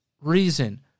reason